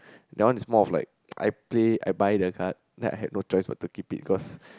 that one is more of like I Play I buy the card then I had no choice but to keep it because